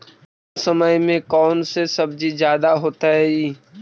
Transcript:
कम समय में कौन से सब्जी ज्यादा होतेई?